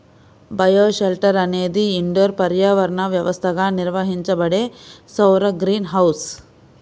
bioshelter అనేది indoor పర్యావరణ వ్యవస్థగా నిర్వహించబడే సౌర గ్రీన్ హౌస్